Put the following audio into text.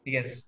Yes